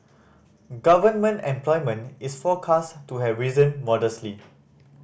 government employment is forecast to have risen modestly